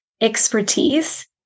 expertise